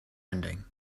ending